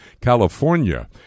California